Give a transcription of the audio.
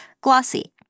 Glossy